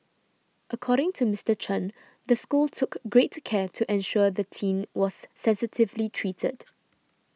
according to Mister Chen the school took great care to ensure the teen was sensitively treated